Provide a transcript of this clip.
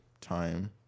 time